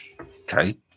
okay